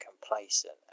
complacent